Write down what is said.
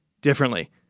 differently